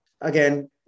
Again